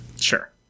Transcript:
Sure